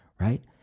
right